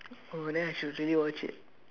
oh then I should really watch it